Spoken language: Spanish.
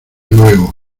luego